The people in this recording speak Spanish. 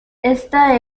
ésta